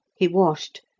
he washed,